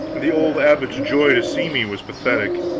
the old abbot's joy to see me was pathetic.